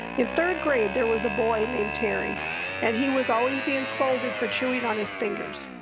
in third grade, there was a boy named terry and he was always being scolded for chewing on his fingers.